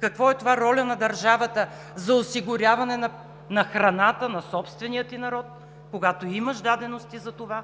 какво е това роля на държавата за осигуряване на храната на собствения ѝ народ, когато имаш дадености за това